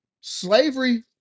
slavery